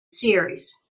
series